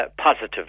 positive